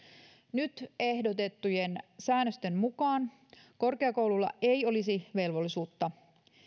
nyt ehdotettujen säännösten mukaan korkeakoululla ei olisi velvollisuutta